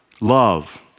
Love